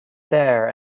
there